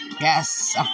Yes